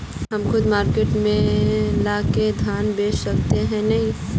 हम खुद मार्केट में ला के दाना बेच सके है नय?